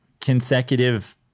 consecutive